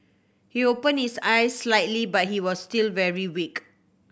he opened his eyes slightly but he was still very weak